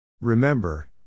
Remember